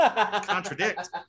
Contradict